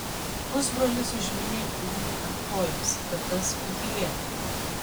pusbrolis užmynė ugniui ant kojos kad tas patylėtų